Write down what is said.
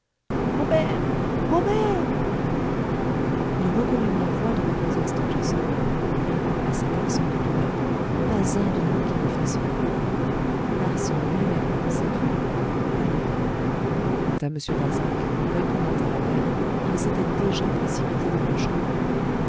robert robert nous reconnûmes la voix de mlle stangerson et à cet accent de douleur pas un de nous qui ne frissonnât larsan lui-même cette fois en pâlit quant à m darzac répondant à l'appel il s'était déjà précipité dans la chambre